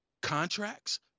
contracts